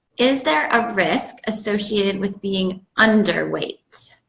is there a risk associated with being underweight?